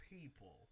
people